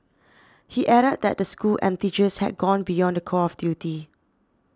he added that the school and teachers had gone beyond the call of duty